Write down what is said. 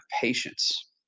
patience